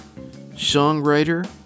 songwriter